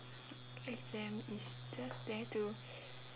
exam is just there to